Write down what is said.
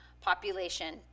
population